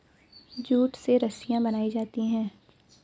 jute से रस्सियां बनायीं जाती है